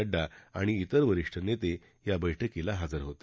नङ्डा आणि तिर वरिष्ठ नेते या बैठकीला हजर होते